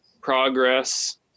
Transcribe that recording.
progress